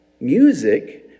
Music